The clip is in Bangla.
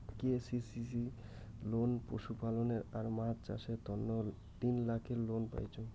কে.সি.সি লোন পশুপালনে আর মাছ চাষের তন্ন তিন লাখের লোন পাইচুঙ